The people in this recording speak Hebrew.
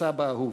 וסבא אהוב.